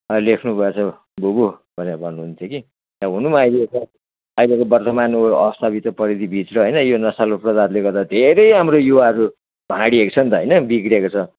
लेख्नु भएछ बुबु भनेर भन्नु हुन्थ्यो कि हुनु अहिले त अहिलेको वर्तमान अवस्था भित्र परिधि भित्र होइन यो नशालु पदार्थले गर्दा धेरै हाम्रो युवाहरू भाँडिएको छ नि त होइन बिग्रेको छ